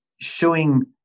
showing